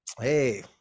Hey